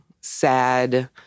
sad